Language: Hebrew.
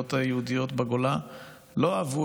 הקהילות היהודיות בגולה הרבה פעמים לא אהבו